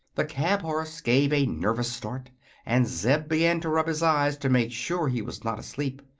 the cab-horse gave a nervous start and zeb began to rub his eyes to make sure he was not asleep.